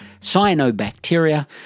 cyanobacteria